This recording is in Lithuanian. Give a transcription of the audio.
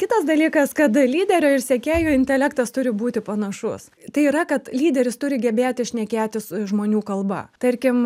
kitas dalykas kad lyderio ir sekėjų intelektas turi būti panašus tai yra kad lyderis turi gebėti šnekėtis žmonių kalba tarkim